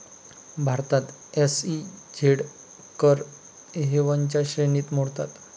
भारतात एस.ई.झेड कर हेवनच्या श्रेणीत मोडतात